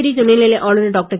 புதுச்சேரி துணைநிலை ஆளுனர் டாக்டர்